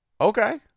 Okay